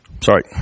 Sorry